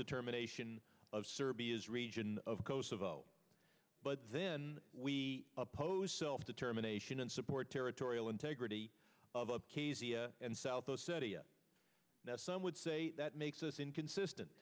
determination of serbia's region of kosovo but then we oppose self determination and support territorial integrity of up and south those that some would say that makes us inconsistent